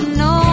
no